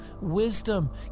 wisdom